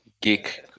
geek